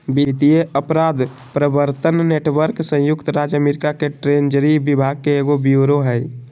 वित्तीय अपराध प्रवर्तन नेटवर्क संयुक्त राज्य अमेरिका के ट्रेजरी विभाग के एगो ब्यूरो हइ